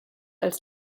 als